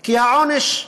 כי העונש,